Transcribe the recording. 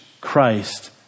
Christ